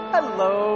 Hello